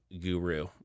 guru